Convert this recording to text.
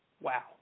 Wow